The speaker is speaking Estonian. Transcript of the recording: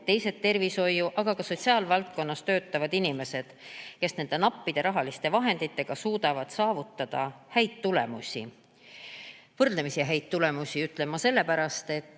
teised tervishoiu-, aga ka sotsiaalvaldkonnas töötavad inimesed, kes nende nappide rahaliste vahenditega suudavad saavutada häid tulemusi. Võrdlemisi häid tulemusi. Nii ütlen ma sellepärast, et